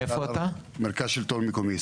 מרכז השלטון המקומי,